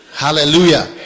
hallelujah